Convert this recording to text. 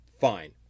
Fine